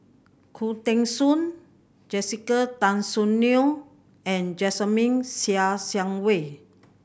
Khoo Teng Soon Jessica Tan Soon Neo and Jasmine Ser Xiang Wei